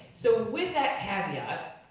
so with that caveat.